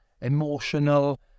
Emotional